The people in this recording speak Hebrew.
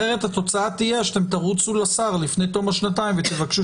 אחרת התוצאה תהיה שאתם תרוצו לשר לפני תום השנתיים ותבקשו